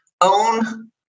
own